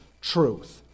truth